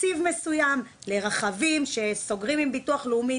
תקציב מסוים לרכבים שסוגרים עם ביטוח לאומי